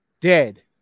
dead